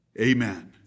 Amen